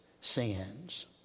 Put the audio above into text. sins